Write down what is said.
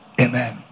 Amen